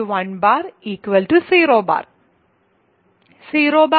2 0